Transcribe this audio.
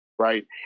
right